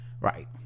right